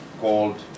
called